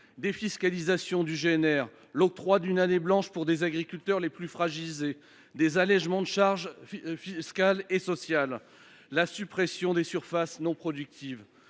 non routier (GNR) ; octroi d’une année blanche pour les agriculteurs les plus fragilisés ; allégements de charges fiscales et sociales ; suppression des surfaces non productives.